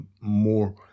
more